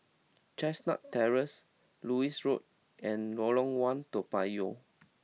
Chestnut Terrace Lewis Road and Lorong One Toa Payoh